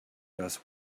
does